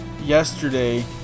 yesterday